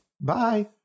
Bye